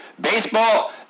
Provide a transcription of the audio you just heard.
baseball